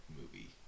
movie